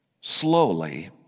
Slowly